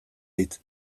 dit